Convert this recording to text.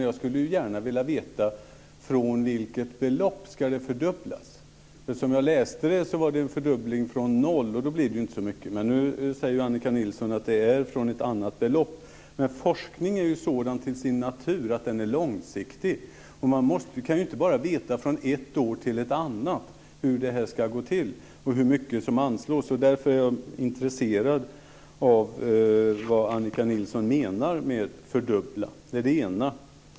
Jag skulle gärna vilja veta från vilket belopp det ska fördubblas. Som jag läste det är det en fördubbling från noll, och då blir det inte så mycket. Men nu säger Annika Nilsson att det är från ett annat belopp. Forskning är sådan till sin natur att den är långsiktig. Man kan inte bara veta från ett år till ett annat hur det här ska gå till och hur mycket som anslås. Därför är jag intresserad av att få veta vad Annika Nilsson menar med att fördubbla. Det är det ena.